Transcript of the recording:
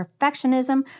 perfectionism